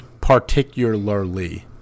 Particularly